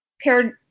Paired